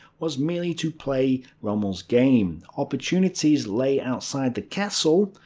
was merely to play rommel's game. opportunities lay outside the kessel,